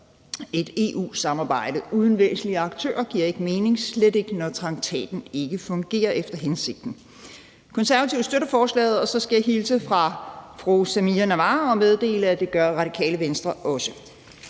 Et EU-samarbejde uden væsentlige aktører giver ikke mening, slet ikke når traktaten ikke fungerer efter hensigten. Konservative støtter forslaget. Og så skal jeg hilse fra fru Samira Nawa og meddele, at det gør Radikale Venstre også.